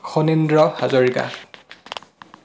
Khanindra Hazarika